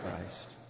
Christ